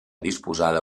disposada